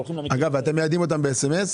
אגב, אתם מיידעים אותם בסמס?